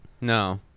No